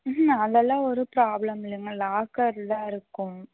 ம் ம் அதெல்லாம் ஒரு ப்ராப்ளம் இல்லைங்க லாக்கர்ல தான் இருக்கும்